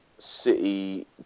City